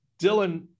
Dylan